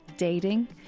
dating